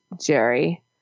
Jerry